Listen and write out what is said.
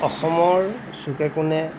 অসমৰ চুকে কোণে